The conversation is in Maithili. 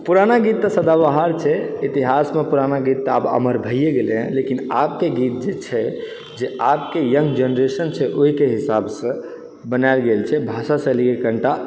पुराना गीत तऽ सदाबहार छै इतिहासमे पुराना गीत तऽ आब अमर भइए गेलय हँ लेकिन आबके गीत जे छै जे आबके यंग जेनरेशन छै ओहिके हिसाबसँ बनायल गेल छै भाषा शैलीके कनिटा